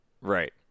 Right